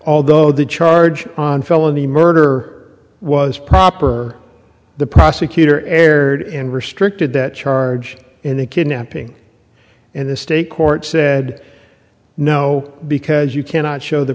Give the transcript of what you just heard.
although the charge on felony murder was proper the prosecutor erred and restricted that charge in the kidnapping and the state court said no because you cannot show the